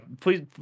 Please